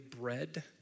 bread